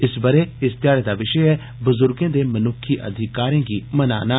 इस ब'रे इस ध्याड़े दा विशे ऐ बुजुर्गें दे मनुक्खी अधिकारें गी मनाना